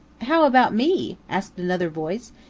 how about me? asked another voice,